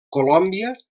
colòmbia